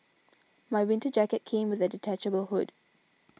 my winter jacket came with a detachable hood